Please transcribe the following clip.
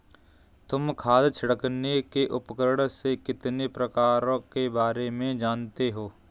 तुम खाद छिड़कने के उपकरण के कितने प्रकारों के बारे में जानते हो?